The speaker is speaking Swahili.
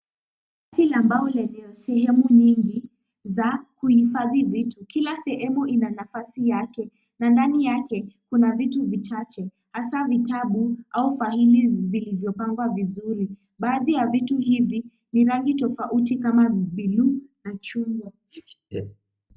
Kabati la mbao lenya sehemu nyingi za kuhifadhi vitu. Kila sehemu ina nafasi yake na ndani yake kuna vitu vichache, hasa vitabu au vaili zilizopangwa vizuri. Baadhi ya vitu hivi ni rangi tofauti kama buluu na chungwa.